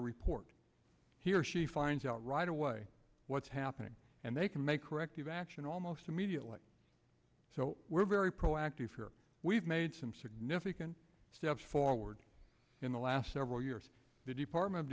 a report he or she finds out right away what's happening and they can make corrective action almost immediately so we're very proactive here we've made some significant steps forward in the last several years the department of